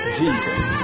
Jesus